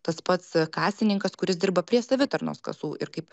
tas pats kasininkas kuris dirba prie savitarnos kasų ir kaip